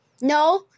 No